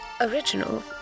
original